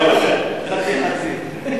לא חצי-חצי.